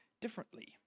differently